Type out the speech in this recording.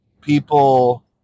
people